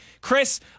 Chris